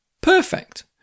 perfect